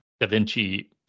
DaVinci